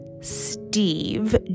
Steve